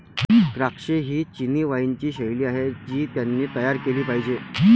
द्राक्षे ही चिनी वाइनची शैली आहे जी त्यांनी तयार केली पाहिजे